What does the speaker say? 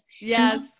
Yes